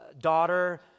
daughter